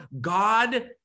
God